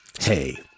Hey